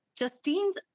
Justine's